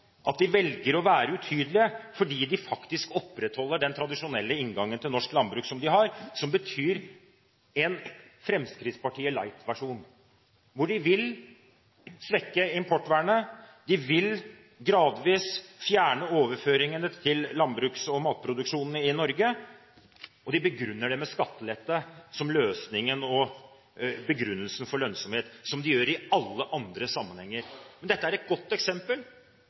at de velger å være utydelige fordi de faktisk opprettholder den tradisjonelle inngangen til norsk landbruk som de har, som betyr en Fremskrittspartiet light-versjon hvor de vil svekke importvernet. De vil gradvis fjerne overføringene til landbruks- og matproduksjonen i Norge, og de begrunner det med skattelette som løsningen for lønnsomhet, som de gjør i alle andre sammenhenger. Dette er et godt eksempel.